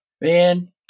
Man